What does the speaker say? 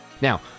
now